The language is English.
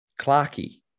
Clarkey